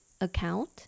account